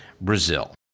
Brazil